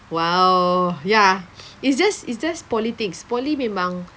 !wow! ya it's just it's just poly things poly memang